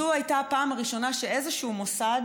זו הייתה הפעם הראשונה שאיזשהו מוסד